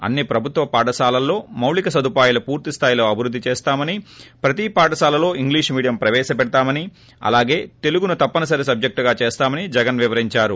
అన్ని ప్రభుత్వ పాఠశాలల్లో మౌలిక సదుపాటులు పూర్తిస్తాయిలో అభివృద్ది చేస్తామని ప్రతి పాఠశాలలో ఇంగ్లీషు మీడియం ప్రవేశపెడతామని అలాగే తెలుగును తెప్పనిసరి సబ్లెక్టుగా చేస్తామని జగన్ వివరించారు